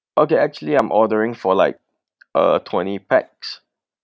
okay actually I'm ordering for like uh twenty pax